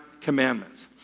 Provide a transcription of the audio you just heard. commandments